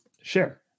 share